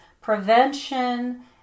prevention